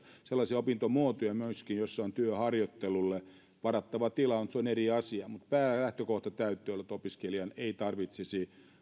sellaisia opintomuotoja myöskin kun työharjoittelulle varattava tilaa mutta se on eri asia ja päälähtökohdan täytyy olla että opiskelijan ei tarvitsisi